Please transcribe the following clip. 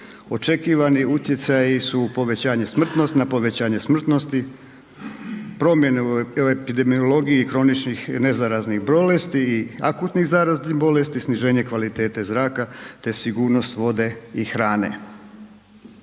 povećanje smrtnost, na povećanje smrtnosti, promjene u epidemiologiji kroničnih nezaraznih bolesti i akutnih zaraznih bolesti, sniženje kvalitete zraka, te sigurnost vode i hrane.